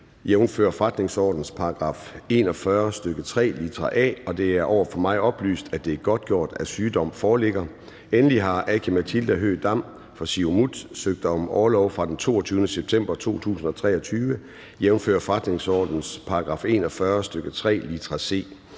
jf. forretningsordenens § 41, stk. 3, litra a, og det er over for mig oplyst, at det er godtgjort, at sygdom foreligger. Endelig har Aki-Matilda Høegh-Dam (SIU) søgt om orlov fra den 22. september 2023, jf. forretningsordenens § 41, stk. 3, litra c.